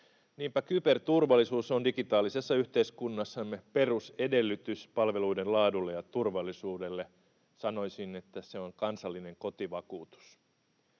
Niinpä kyberturvallisuus on digitaalisessa yhteiskunnassamme perusedellytys palveluiden laadulle ja turvallisuudelle — sanoisin, että se on kansallinen kotivakuutus.